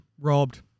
Robbed